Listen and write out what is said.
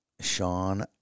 Sean